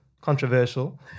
Controversial